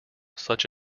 such